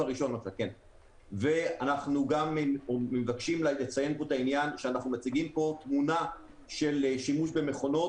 אנחנו גם מבקשים לציין שאנחנו מציגים פה תמונה של שימוש במכונות.